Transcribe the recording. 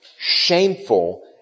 shameful